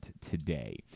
today